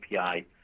API